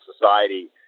society